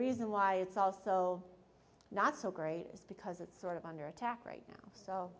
reason why it's also not so great is because it's sort of under attack right now so